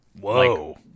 Whoa